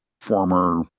former